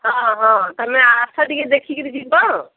ହଁ ହଁ ତମେ ଆସ ଟିକିଏ ଦେଖିକିରି ଯିବ